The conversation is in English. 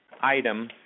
item